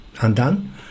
undone